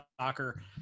soccer